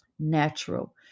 natural